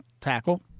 tackle